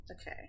Okay